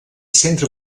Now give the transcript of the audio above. centre